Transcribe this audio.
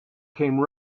came